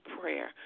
prayer